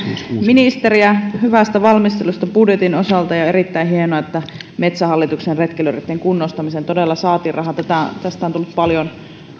ministeriä hyvästä valmistelusta budjetin osalta ja on erittäin hienoa että metsähallituksen retkeilyreittien kunnostamiseen todella saatiin rahaa tästä on tullut paljon